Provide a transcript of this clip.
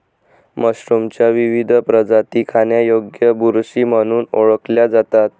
मशरूमच्या विविध प्रजाती खाण्यायोग्य बुरशी म्हणून ओळखल्या जातात